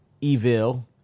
Evil